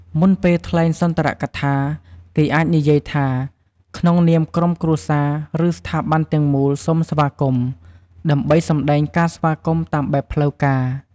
មុនពេលថ្លែងសុន្ទរកថា គេអាចនិយាយថា «ក្នុងនាមក្រុមគ្រួសារ ឬស្ថាប័នទាំងមូល សូមស្វាគមន៍» ដើម្បីសម្ដែងការស្វាគមន៍តាមបែបផ្លូវការ។